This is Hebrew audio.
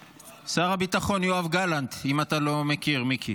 שר הביטחון יואב גלנט, אם אתה לא מכיר, מיקי.